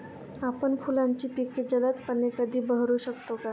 आपण फुलांची पिके जलदपणे कधी बहरू शकतो?